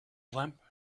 lamp